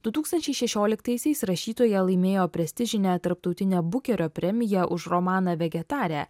du tūkstančiai šešioliktaisiais rašytoja laimėjo prestižinę tarptautinę bukerio premiją už romaną vegetarė